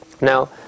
Now